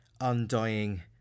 undying